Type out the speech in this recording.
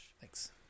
Thanks